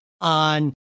on